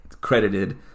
credited